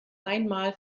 einmal